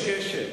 יש קשר.